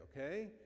okay